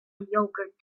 yogurt